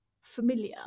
familiar